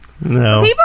No